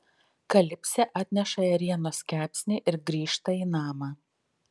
kalipsė atneša ėrienos kepsnį ir grįžta į namą